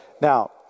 Now